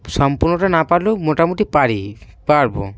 সম্পূর্ণটা না পারলেও মোটামুটি পারি পারব